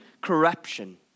corruption